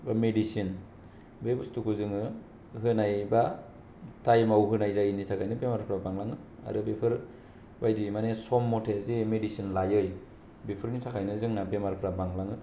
बे बुसथुखौ जोङो होनायबा दाइ मावहोनाय जायैनि थाखायनो बेरामफ्रा बांलाङो आरो बेफोर बायदि माने सम मथे जे मेदिसिन लायै बेफोरनि थाखायनो जोंना बेरामफ्रा बांलांयो